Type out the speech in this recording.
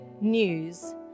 news